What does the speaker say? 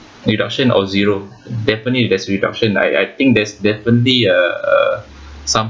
reduction or zero definitely there's reduction I I think there's definitely a a some